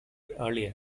earlier